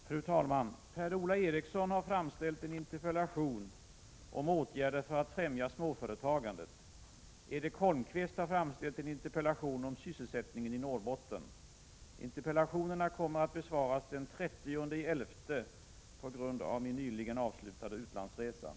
Herr talman! Håkan Strömberg har framställt en interpellation om näringsföretagens sociala ansvar, Anders Andersson har framställt en interpellation om ASSI:s sågverk i Skinnskatteberg och Paul Lestander har framställt en interpellation om ASSI:s avveckling av sågverksrörelsen, m.m. Beroende på utlandsresa kommer interpellationerna att besvaras den 30 november.